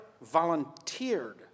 volunteered